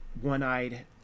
one-eyed